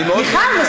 אני מאוד נהנה,